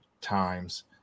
times